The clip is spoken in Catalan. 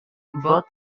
vot